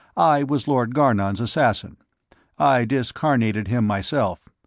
i was lord garnon's assassin i discarnated him, myself.